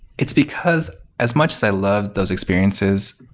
it's because as much as i love those experiences,